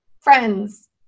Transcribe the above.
friends